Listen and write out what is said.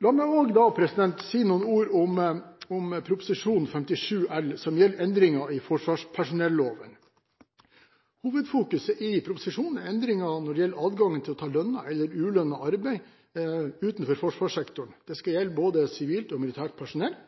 La meg også si noen ord om Prop. 57 L, som gjelder endringer i forsvarspersonelloven. Hovedfokuset i proposisjonen er endringer når det gjelder adgangen til å ta lønnet eller ulønnet arbeid utenfor forsvarssektoren, som skal gjelde både sivilt og militært personell.